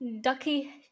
ducky